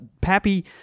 Pappy